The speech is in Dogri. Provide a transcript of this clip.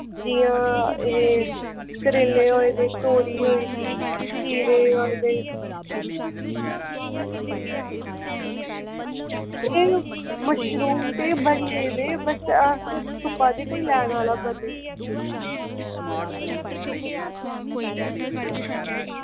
जियां एह् करेले होए दे तौरी होई दी खीरे होए दे ते एह् मशरूम ते बनी गेदे बस अस तुप्पै दे जे कोई लैने आह्ला बने